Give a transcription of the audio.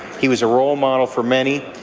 he was a role model for many,